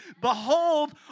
Behold